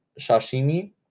sashimi